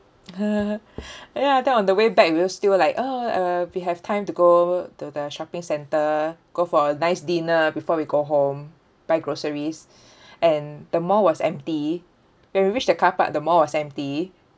ya then on the way back we were will still like uh uh we have time to go to the shopping centre go for a nice dinner before we go home buy groceries and the mall was empty when we reached the car park the mall was empty